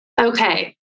Okay